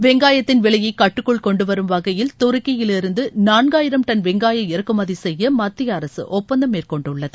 வெங்காயத்தின் விலையை கட்டுக்குள் கொண்டுவரும் வகையில் துருக்கியிலிருந்து நான்காயிரம் டன் வெங்காய இறக்குமதி செய்ய மத்திய அரசு ஒப்பந்தம் மேற்கொண்டுள்ளது